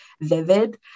vivid